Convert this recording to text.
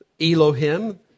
Elohim